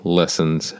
lessons